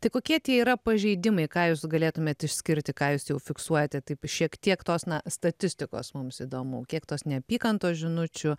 tai kokie tie yra pažeidimai ką jūs galėtumėt išskirti ką jūs jau fiksuojate taip šiek tiek tos na statistikos mums įdomu kiek tos neapykantos žinučių